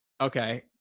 Okay